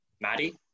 Maddie